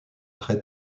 très